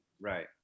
right